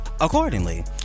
accordingly